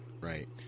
Right